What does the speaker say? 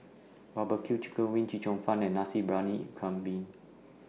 Barbecue Chicken Wings Chee Cheong Fun and Nasi Briyani Kambing